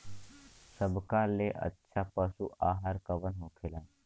सबका ले अच्छा पशु आहार कवन होखेला?